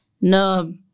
no